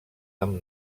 amb